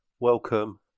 welcome